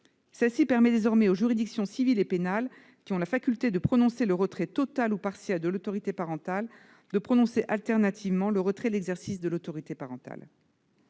celle-ci permet désormais aux juridictions civiles et pénales, qui ont la faculté de prononcer le retrait total ou partiel de l'autorité parentale, de prononcer alternativement le retrait de l'exercice de l'autorité parentale.